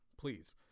please